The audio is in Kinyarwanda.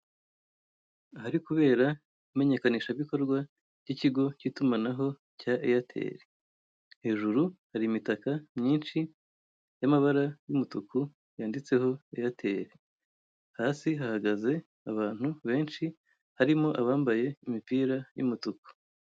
Ahari kubera imenyekanishabikorwa ry'ikigo cy'itumanaho cya eyateli. Hajuru hari imitaka myinshi y'amabara y'umutuku yanditseho eyateli. Hasi hahagaze abantu benshi, harimo abambaye impira y'umutuku.